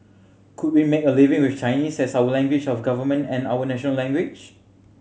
could we make a living with Chinese as our language of government and our national language